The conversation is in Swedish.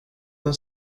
men